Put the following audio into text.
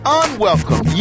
unwelcome